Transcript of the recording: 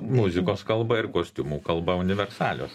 muzikos kalba ir kostiumų kalba universalios